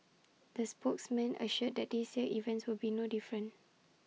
the spokesperson assured that this year's event will be no different